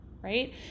Right